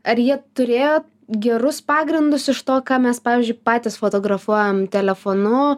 ar jie turėjo gerus pagrindus iš to ką mes pavyzdžiui patys fotografuojam telefonu